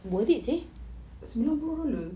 sembilan puluh dolar